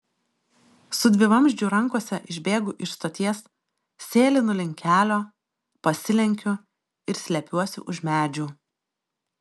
su dvivamzdžiu rankose išbėgu iš stoties sėlinu link kelio pasilenkiu ir slepiuosi už medžių